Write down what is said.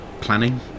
planning